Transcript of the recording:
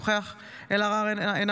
אינו נוכח גדי איזנקוט,